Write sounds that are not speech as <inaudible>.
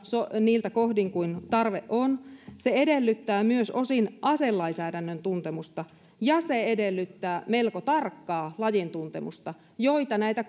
niiltä kohdin kuin tarve on se edellyttää myös osin aselainsäädännön tuntemusta ja se edellyttää melko tarkkaa lajintuntemusta joita näitä <unintelligible>